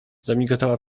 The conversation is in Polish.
zamigotała